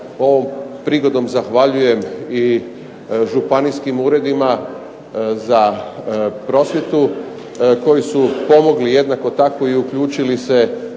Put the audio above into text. Ovom prigodom zahvaljujem i županijskim uredima za prosvjetu koji su pomogli jednako tako i uključili se